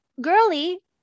girly